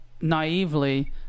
naively